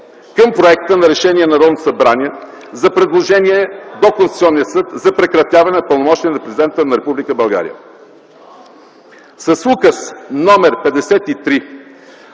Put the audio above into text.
към Проекта на Решение на Народното събрание за предложение до Конституционния съд за прекратяване на пълномощията на президента на Република България.